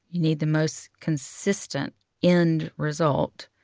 you need the most consistent end result.